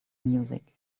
music